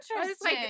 interesting